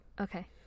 okay